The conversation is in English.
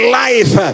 life